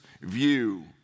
view